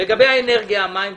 בוא נתחיל לגבי האנרגיה והמים.